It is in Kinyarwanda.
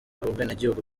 ubwenegihugu